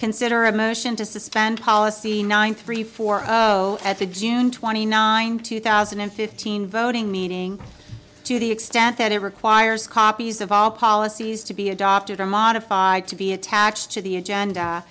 consider a motion to suspend policy nine three four at the june twenty ninth two thousand and fifteen voting meaning to the stant that it requires copies of all policies to be adopted or modified to be attached to the agenda